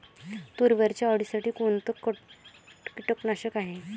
तुरीवरच्या अळीसाठी कोनतं कीटकनाशक हाये?